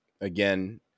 Again